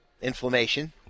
inflammation